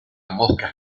moscas